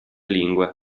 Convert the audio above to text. lingue